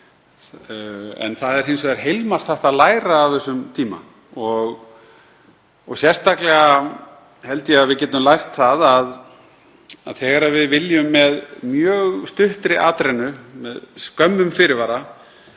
Hins vegar er heilmargt hægt að læra af þessum tíma. Sérstaklega held ég að við getum lært að þegar við viljum, með mjög stuttri atrennu, með skömmum fyrirvara,